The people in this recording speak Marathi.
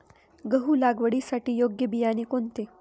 गहू लागवडीसाठी योग्य बियाणे कोणते?